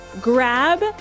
grab